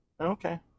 Okay